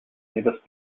nevis